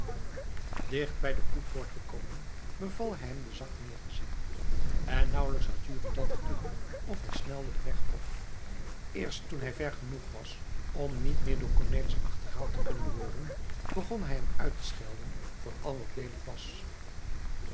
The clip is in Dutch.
bij de koepoort gekomen beval hij hem den zak neer te zetten en nauwelijks had jurrie dat gedaan of hij snelde den weg op eerst toen hij ver genoeg was om niet meer door cornelis achterhaald te kunnen worden begon hij hem uit te schelden voor al wat leelijk was